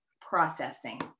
processing